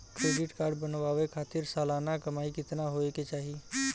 Credit card बनवावे खातिर सालाना कमाई कितना होए के चाही?